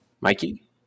Mikey